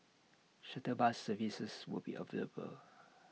shuttle bus services will be available